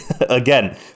again